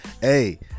Hey